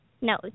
No